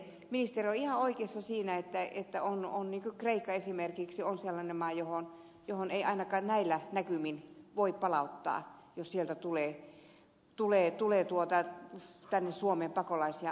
ministeri on ihan oikeassa siinä että kreikka esimerkiksi on sellainen maa johon ei ainakaan näillä näkymin voi palauttaa pakolaisia jos sieltä tulee heitä tänne suomeen